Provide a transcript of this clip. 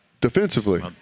Defensively